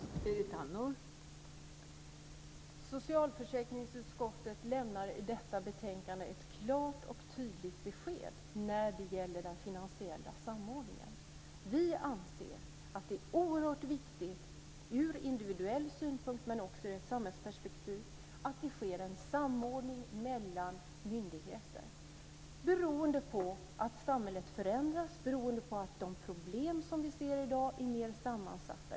Fru talman! Socialförsäkringsutskottet lämnar i detta betänkande ett klart och tydligt besked när det gäller den finansiella samordningen. Vi anser att det är oerhört viktigt ur individuell synpunkt men också ur ett samhällsperspektiv att det sker en samordning mellan myndigheter, beroende på att samhället förändras, beroende på att de problem som vi ser i dag är mer sammansatta.